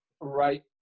right